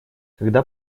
когда